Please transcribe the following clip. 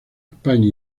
españa